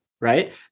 right